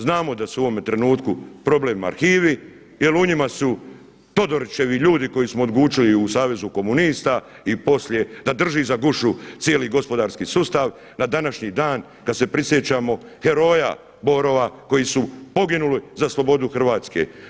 Znamo da su u ovom trenutku problem arhivi, jer u njima su Todorićevi ljudi koji smo … u Savezu komunista i poslije da drži za gušu cijeli gospodarski sustav na današnji dan kad se prisjećamo heroja Borova koji su poginuli za slobodu Hrvatske.